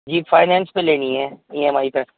finance پہ لینی ہے ای ایم آئی پہ